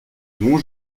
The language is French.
non